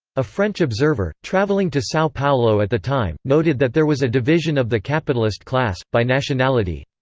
a french observer, travelling to sao paulo at the time, noted that there was a division of the capitalist class, by nationality